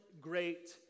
great